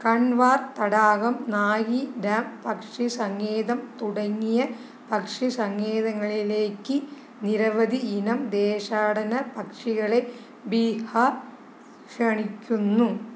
കൻവാർ തടാകം നാഗിഡാം പക്ഷി സങ്കേതം തുടങ്ങിയ പക്ഷി സങ്കേതങ്ങളിലേക്ക് നിരവധി ഇനം ദേശാടനപ്പക്ഷികളെ ബീഹാർ ക്ഷണിക്കുന്നു